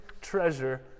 treasure